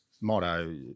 motto